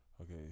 Okay